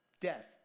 death